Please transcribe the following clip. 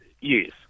yes